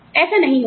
ऐसा नहीं होता